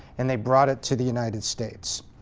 and they brought it to the united states.